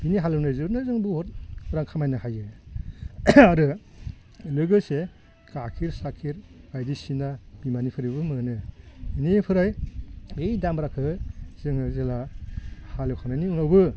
बेनि हाल एवनायजोंनो जों बुहुत रां खामायनो हायो आरो लोगोसे गाइखेर साखिर बायदिसिना बिमानिफ्राइबो मोनो बिनिफ्राइ बे दामब्राखौ जोङो जेब्ला हाल एवखांनायनि उनावबो